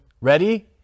Ready